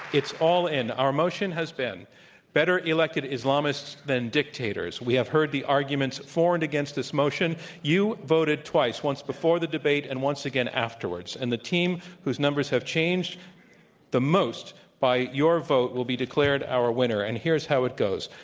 it's all in. our motion has been better elected islamists than dictators. we have heard the arguments for and against this motion. you voted twice, once before the debate and once again afterwards. and the team whose numbers have changed the most by your vote will be declared our winner, and here's how it goes.